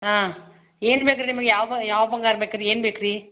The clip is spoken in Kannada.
ಹಾಂ ಏನು ಬೇಕು ರೀ ನಿಮ್ಗೆ ಯಾವ ಯಾವ ಬಂಗಾರ ಬೇಕು ರೀ ಏನು ಬೇಕು ರೀ